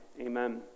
Amen